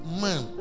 man